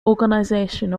organization